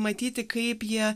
matyti kaip jie